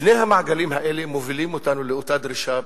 שני המעגלים האלה מובילים אותנו לאותה דרישה,